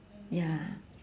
ya